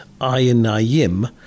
ayinayim